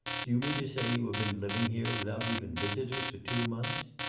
do you mean to say you have been living here, without even visitors, for two months?